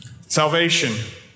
salvation